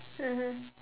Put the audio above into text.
mmhmm